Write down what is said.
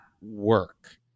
work